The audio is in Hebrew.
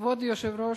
כבוד היושב-ראש,